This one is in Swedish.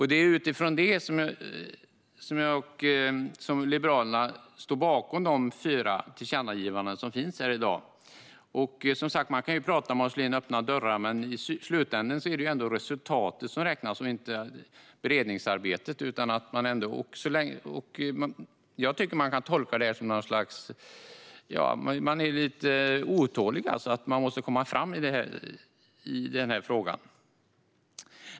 Det är utifrån detta som Liberalerna står bakom de fyra tillkännagivandena här i dag. Man kan som sagt prata om att slå in öppna dörrar, men i slutänden är det ändå resultatet som räknas och inte beredningsarbetet. Jag tycker att man kan tolka det som lite otålighet med att komma fram i frågan.